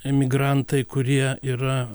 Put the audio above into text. emigrantai kurie yra